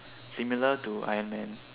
similar to iron man